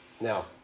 Now